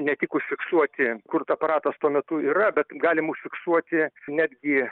ne tik užfiksuoti kur aparatas tuo metu yra bet galim užfiksuoti netgi